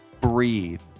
breathe